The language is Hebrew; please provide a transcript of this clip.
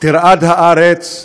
תרעד הארץ,